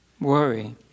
worry